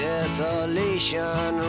Desolation